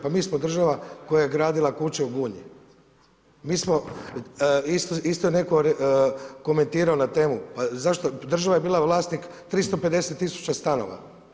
Pa mi smo država koja je gradila kuće u Gunji, mi smo, isto je netko komentirao na temu, pa zašto, država je bila vlasnik 350 tisuća stanova.